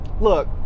Look